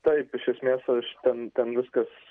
taip iš esmės aš ten ten viskas